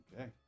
Okay